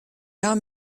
jahr